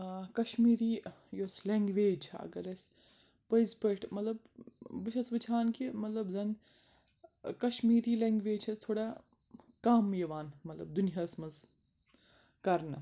کَشمیٖری یۄس لٮ۪نٛگویج چھےٚ اگر أسۍ پٔزۍ پٲٹھۍ مطلب بہٕ چھَس وٕچھان کہِ مطلب زَن کَشمیٖری لٮ۪نٛگویج چھَس تھوڑا کَم یِوان مطلب دُنیاہَس منٛز کَرنہٕ